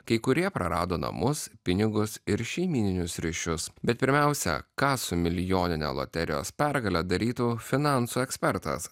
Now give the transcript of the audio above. kai kurie prarado namus pinigus ir šeimyninius ryšius bet pirmiausia ką su milijonine loterijos pergale darytų finansų ekspertas